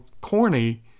corny